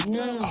no